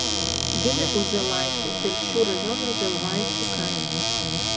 gimė uzėlaitė telšių rajono želvaičių kaime